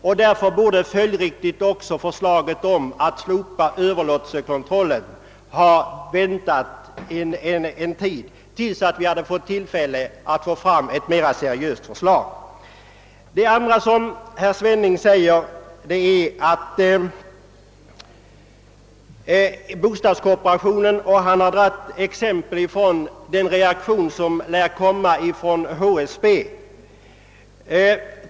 Följdriktigt borde man alltså ha avvaktat även med behandlingen av förslaget om att slopa överlåtelsekontrollen, till dess vi hade fått tillfälle att arbeta fram ett mer seriöst förslag. Herr Svenning anför vidare exempel på hur bostadskooperationen reagerat — bl.a. den reaktion som lär komma från HSB.